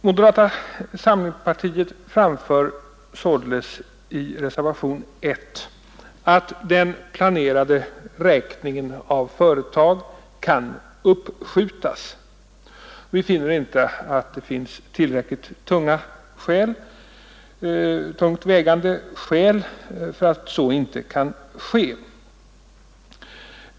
Moderata samlingspartiet framför således i reservationen 1 att den planerade räkningen av företag kan uppskjutas. Vi finner inte att det föreligger tillräckligt tungt vägande skäl för att så inte kanske.